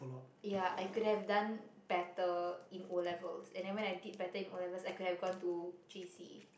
ya I could have done better in O-levels and then when I did better in O-levels I could have gone to J_C